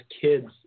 kids